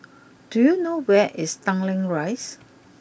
do you know where is Tanglin Rise